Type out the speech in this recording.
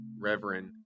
Reverend